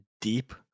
deep